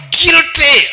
guilty